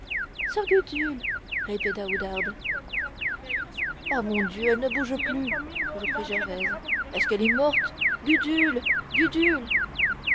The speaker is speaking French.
répéta oudarde ah mon dieu elle ne bouge plus reprit gervaise est-ce qu'elle est morte gudule gudule